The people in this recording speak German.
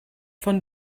von